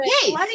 hey